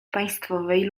państwowej